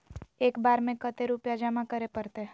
एक बार में कते रुपया जमा करे परते?